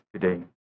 today